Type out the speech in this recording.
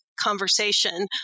conversation